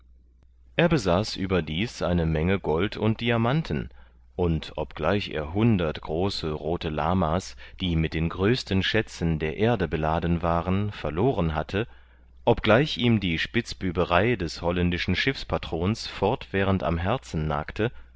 er besaß überdies eine menge gold und diamanten und obgleich er hundert große rothe lama's die mit den größten schätzen der erde beladen waren verloren hatte obgleich ihm die spitzbüberei des holländischen schiffpatrons fortwährend am herzen nagte